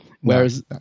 Whereas